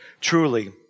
truly